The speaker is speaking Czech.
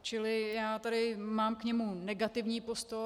Čili já tady mám k němu negativní postoj.